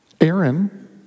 Aaron